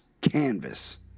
Canvas